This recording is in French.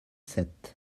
sept